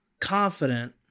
confident